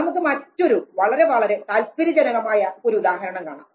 നമുക്ക് മറ്റൊരു വളരെ വളരെ താൽപര്യജനകമായ ഒരു ഉദാഹരണം കാണാം